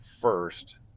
first